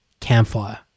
Campfire